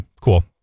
Cool